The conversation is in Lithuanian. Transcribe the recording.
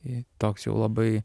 į toks jau labai